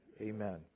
Amen